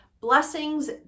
Blessings